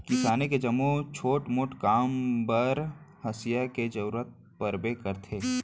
किसानी के जम्मो छोट मोट काम बर हँसिया के जरूरत परबे करथे